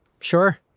Sure